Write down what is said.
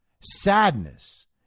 sadness